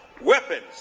weapons